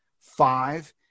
Five